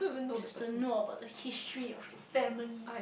just to know about the history of your family